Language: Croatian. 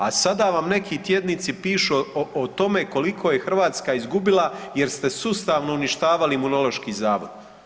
A sada vam neki tjednici pišu o tome koliko je Hrvatska izgubila jer ste sustavno uništavali Imunološki zavod.